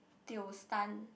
tio stun